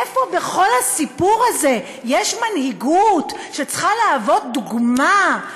איפה בכל הסיפור הזה יש מנהיגות שצריכה להוות דוגמה?